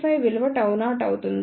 cFi విలువ Γ0 అవుతుంది